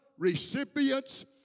recipients